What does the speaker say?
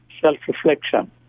self-reflection